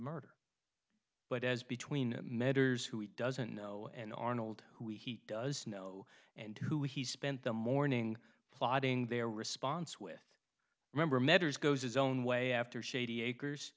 murder but as between matters who he doesn't know and arnold who he does know and who he spent the morning plotting their response with remember matters goes his own way after shady acres